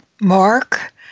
Mark